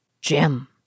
Jim